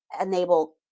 enable